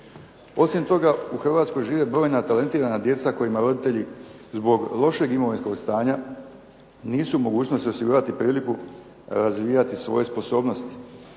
Osim toga u Hrvatskoj žive brojna talentirana djeca kojima roditelji zbog lošeg imovinskog stanja nisu u mogućnosti osigurati priliku razvijati svoje sposobnosti.